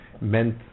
meant